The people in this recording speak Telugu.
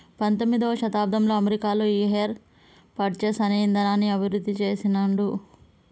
పంతొమ్మిదవ శతాబ్దంలో అమెరికాలో ఈ హైర్ పర్చేస్ అనే ఇదానాన్ని అభివృద్ధి చేసిండ్రు